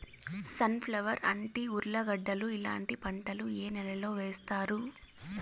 Sun flower, అంటి, ఉర్లగడ్డలు ఇలాంటి పంటలు ఏ నెలలో వేస్తారు?